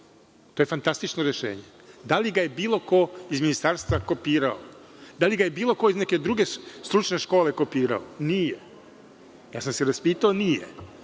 To je fantastično rešenje. Da li ga je bilo ko iz Ministarstva kopirao? Da li ga je bilo ko iz neke druge stručne škole kopirao? Nije. Raspitao sam se i nije.